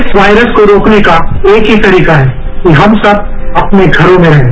इस वायरस को रोकने का एक ही तरीका है कि हम सब अपने घरों में रहें